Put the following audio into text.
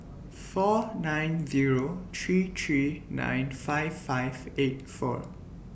four nine Zero three three nine five five eight four